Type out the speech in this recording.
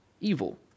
evil